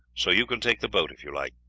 so you can take the boat if you like.